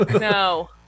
No